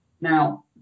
Now